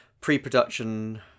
pre-production